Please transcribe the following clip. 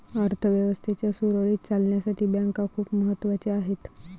अर्थ व्यवस्थेच्या सुरळीत चालण्यासाठी बँका खूप महत्वाच्या आहेत